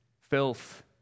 filth